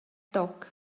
toc